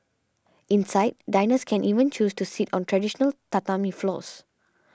inside diners can even choose to sit on traditional tatami floors